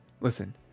listen